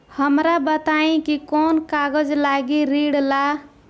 हमरा बताई कि कौन कागज लागी ऋण ला?